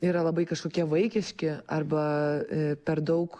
yra labai kažkokie vaikiški arba per daug